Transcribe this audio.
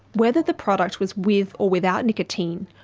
whether the product was with or without nicotine,